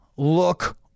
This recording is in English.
Look